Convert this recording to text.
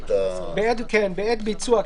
כן, בעת הביצוע.